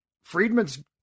Friedman's